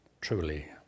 truly